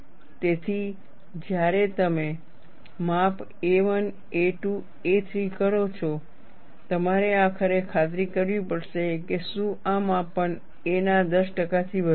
તેથી જ્યારે તમે માપ a1 a2 a3 કરો છો તમારે આખરે ખાતરી કરવી પડશે કે શું આ માપન a ના 10 ટકાથી વધુ છે